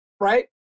right